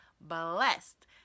blessed